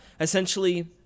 Essentially